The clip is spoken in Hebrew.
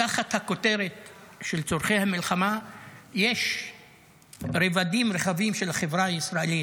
ותחת הכותרת של צורכי המלחמה יש רבדים רחבים של החברה הישראלית,